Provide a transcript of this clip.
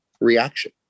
reaction